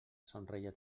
somreia